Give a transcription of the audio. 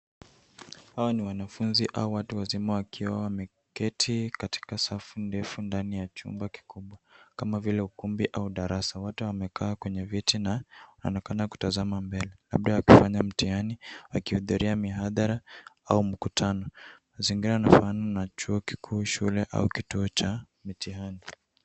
Hawa ni wanafunzi au watu wazima wakiwa wameketi katika safu ndefu ndani ya chumba kikubwa kama vile ukumbi au darasa. Wote wamekaa kwenye viti na wanaonekana kutazama mbele labda wakifanya mtihani wakihudhuria mihadhara au mkutano. Mazingira yanafanana na chuo kikuu, shule au kituo cha mitihani.